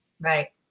Right